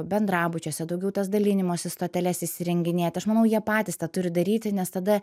bendrabučiuose daugiau tas dalinimosi stoteles įsirenginėti aš manau jie patys tą turi daryti nes tada